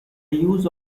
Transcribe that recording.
use